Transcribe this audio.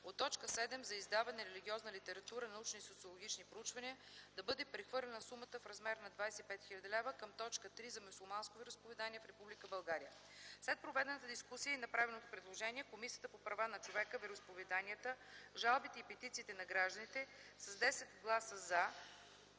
от т. 7 „за издаване на религиозна литература, научни и социологически проучвания” да бъде прехвърлена сума в размер на 25 000 лв. към т. 3 „за мюсюлманското вероизповедание в Република България”. След проведената дискусия и направеното предложение Комисията по правата на човека, вероизповеданията, жалбите и петициите на гражданите с 10 гласа „за”,